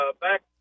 back